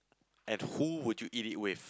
and who would you eat it with